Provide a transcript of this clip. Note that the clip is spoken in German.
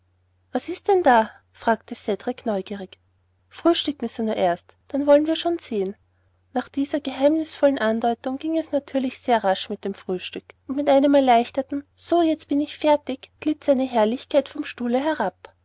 was gibt's denn da fragte cedrik neugierig frühstücken sie nur erst dann wollen wir schon sehen nach dieser geheimnisvollen andeutung ging es natürlich sehr rasch mit dem frühstück und mit einem erleichterten so jetzt bin ich fertig glitt seine herrlichkeit vom stuhle herab